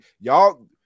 y'all